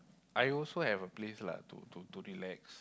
I also have a place lah to to to relax